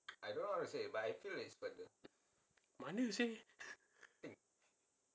mana seh